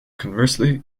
conversely